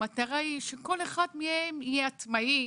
המטרה היא שכל אחד מהם יהיה עצמאי,